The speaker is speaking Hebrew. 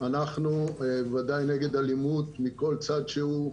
אנחנו בוודאי נגד אלימות מכל צד שהוא,